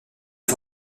est